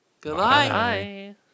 Goodbye